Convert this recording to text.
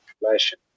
population